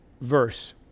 verse